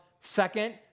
second